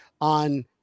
on